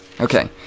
Okay